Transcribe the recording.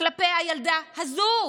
כלפי הילדה הזו?